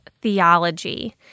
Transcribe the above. theology